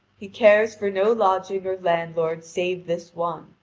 he cares for no lodging or landlord save this one,